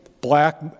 black